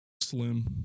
slim